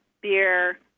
beer